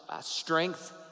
strength